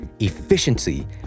efficiency